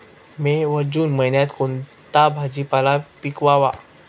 मे व जून महिन्यात कोणता भाजीपाला पिकवावा?